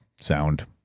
sound